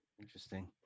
Interesting